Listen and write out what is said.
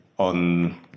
On